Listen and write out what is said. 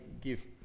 give